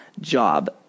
job